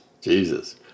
Jesus